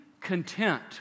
content